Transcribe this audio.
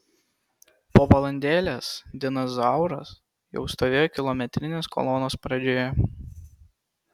po valandėlės dinas zauras jau stovėjo kilometrinės kolonos pradžioje